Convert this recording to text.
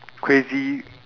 crazy